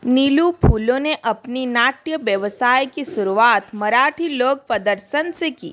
नीलू फूलो ने अपनी नाट्य व्यवसाय की शुरुआत मराठी लोक प्रदर्शन से की